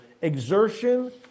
exertion